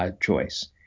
choice